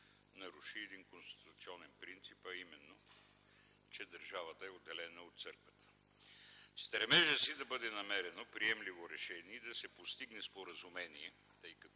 наруши един конституционен принцип, а именно че държавата е отделена от църквата. В стремежа си да бъде намерено приемливо решение и да се постигне споразумение, тъй като